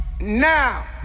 Now